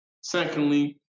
Secondly